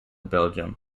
belgium